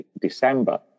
December